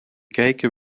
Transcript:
kijken